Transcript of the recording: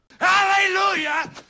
Hallelujah